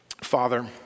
Father